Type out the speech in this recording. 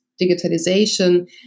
digitalization